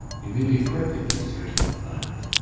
you may be perfectly certain of that.